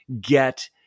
get